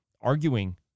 arguing